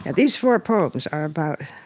and these four poems are about